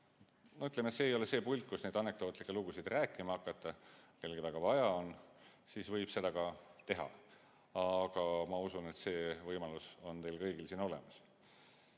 Ütleme, et see ei ole see pult, kus neid anekdootlikke lugusid rääkima hakata. Kui kellelgi väga vaja on, siis võib seda ka teha, aga ma usun, et see võimalus on teil kõigil olemas.